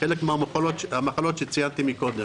חלק מן המחלות שציינתי קודם.